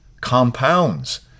compounds